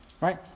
right